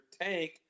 tank